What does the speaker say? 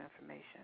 information